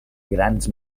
grans